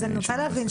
אז אני רוצה להבין,